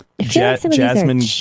jasmine